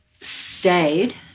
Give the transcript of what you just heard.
stayed